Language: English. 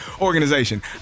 organization